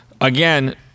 Again